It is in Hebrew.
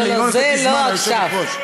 היא לא נותנת לי זמן, היושבת-ראש.